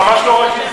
ממש לא רגיז.